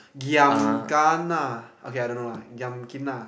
giam kana okay I don't know lah giam kana